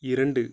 இரண்டு